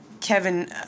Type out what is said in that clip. Kevin